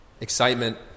Excitement